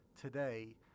today